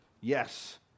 yes